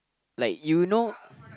like you know